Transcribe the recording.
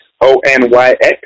O-N-Y-X